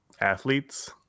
athletes